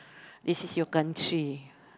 this is your country